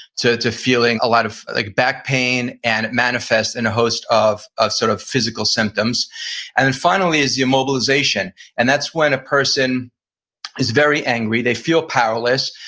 to to feeling a lot of like back pain, and it manifests in a host of of sort of physical symptoms and then finally is the immobilization, and that's when a person is very angry, they feel powerless,